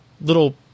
little